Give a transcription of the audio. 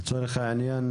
לצורך העניין,